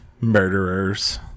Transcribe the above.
Murderers